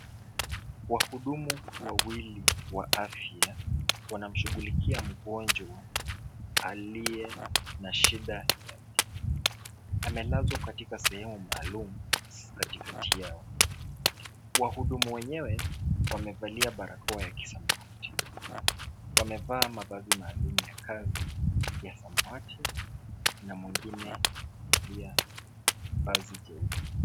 Wahudumu wawili wa afya, wanamshughulikia mgonjwa aliye na shida. Amelazwa katika sehemu maalum katikati yao. Wahudumu wenyewe wamevalia barakoa ya kisamawati. Wamevaa mavazi maalum ya kazi ya samawati na mwingine amevalia vazi jeupe.